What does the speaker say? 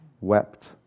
wept